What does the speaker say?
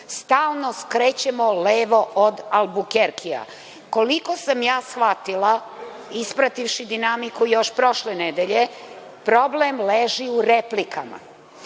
Stalno skrećemo levo od Albukerkija. Koliko sam ja shvatila, isprativši dinamiku još prošle nedelje, problem leži u replikama.